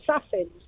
assassins